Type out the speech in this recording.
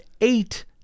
eight